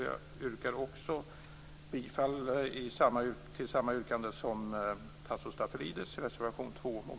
Jag yrkar också, liksom